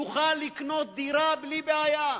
יוכל לקנות דירה בלי בעיה.